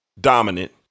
dominant